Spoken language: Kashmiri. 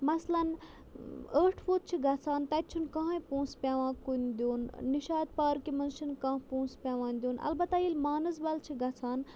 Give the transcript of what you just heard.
مَثلاً ٲٹھ ووت چھُ گژھان تَتہِ چھُنہٕ کٕہٕنۍ پونٛسہٕ پیٚوان کُنہِ دیُن نِشاط پارکہِ منٛز چھُنہٕ کانٛہہ پونٛسہٕ پیٚوان دیُن البتہ ییٚلہِ مانسبَل چھِ گَژھان